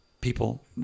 people